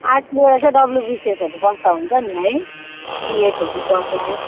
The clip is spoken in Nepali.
आर्टस लिएर चै डब्लुबीसीएसहरू बस्दा हुन्छ नि है बी एडहरू गर्दा